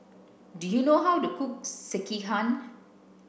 do you know how to cook Sekihan